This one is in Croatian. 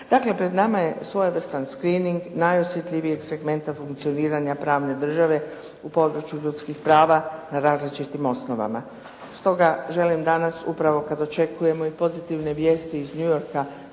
Dakle, pred nama je svojevrsan screening najosjetljivijeg segmenta funkcioniranja pravne države u području ljudskih prava na različitim osnovama. Stoga želim danas upravo kada očekujemo i pozitivne vijesti iz New Yorka